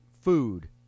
Food